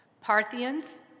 Parthians